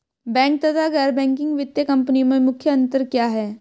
Bank तथा गैर banking वित्तीय कंपनियों में मुख्य अंतर क्या है?